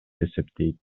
эсептейт